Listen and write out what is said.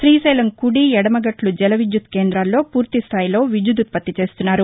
శ్రీశైలం కుడి ఎడమగట్టు జల విద్యుత్ కేందాల్లో పూర్తిస్థాయిలో విద్యుదుత్పత్తి చేస్తున్నారు